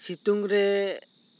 ᱥᱤᱛᱩᱝ ᱨᱮ